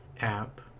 app